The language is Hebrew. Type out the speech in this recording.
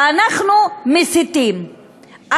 ואנחנו מסיתים.